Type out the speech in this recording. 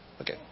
okay